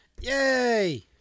Yay